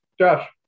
Josh